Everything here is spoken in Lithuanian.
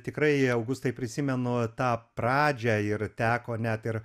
tikrai augustai prisimenu tą pradžią ir teko net ir